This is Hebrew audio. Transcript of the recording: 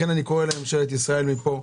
לכן אני קורא לממשלת ישראל מכאן,